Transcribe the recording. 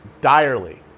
direly